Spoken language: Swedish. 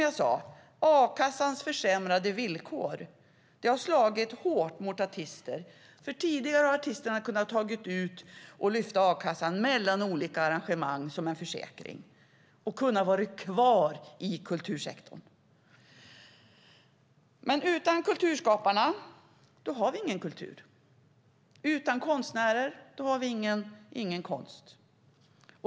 A-kassans försämrade villkor har slagit hårt mot artister som tidigare kunnat lyfta a-kassa mellan olika engagemang, som en försäkring, och på så sätt kunnat vara kvar i kultursektorn. Utan kulturskaparna har vi ingen kultur. Utan konstnärer har vi ingen konst.